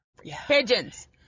pigeons